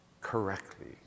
correctly